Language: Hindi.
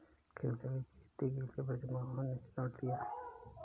केले की खेती के लिए बृजमोहन ने ऋण लिया है